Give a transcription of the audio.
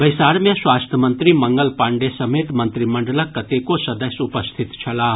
बैसार मे स्वास्थ्य मंत्री मंगल पाण्डेय समेत मंत्रीमंडलक कतेको सदस्य उपस्थित छलाह